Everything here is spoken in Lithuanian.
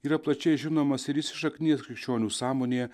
yra plačiai žinomas ir įsišaknijęs krikščionių sąmonėje